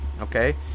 Okay